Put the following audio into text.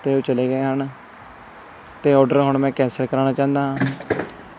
ਅਤੇ ਉਹ ਚਲੇ ਗਏ ਹਨ ਅਤੇ ਔਰਡਰ ਹੁਣ ਮੈਂ ਕੈਂਸਲ ਕਰਵਾਉਣਾ ਚਾਹੁੰਦਾ ਹਾਂ